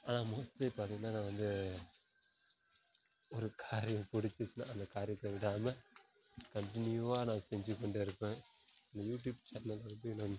ஆனால் மோஸ்ட்லி பார்த்திங்கன்னா நான் வந்து ஒரு காரியம் பிடிச்சிடுச்சின்னா அந்த காரியத்தை விடாமல் கன்டினியூவாக நான் செஞ்சு கொண்டே இருப்பேன் யூடியூப் சேனல் வந்து நான்